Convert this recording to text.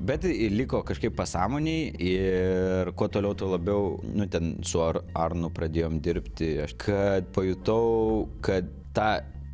bet liko kažkaip pasąmonėj ir kuo toliau tuo labiau nu ten su ar arno pradėjom dirbti kad pajutau kad tą